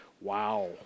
Wow